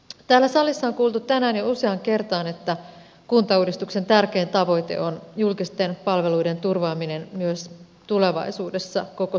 täällä salissa on kuultu tänään jo useaan kertaan että kuntauudistuksen tärkein tavoite on julkisten palveluiden turvaaminen myös tulevaisuudessa koko suomessa